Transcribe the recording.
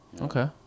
Okay